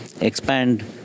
expand